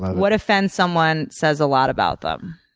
what offends someone says a lot about them.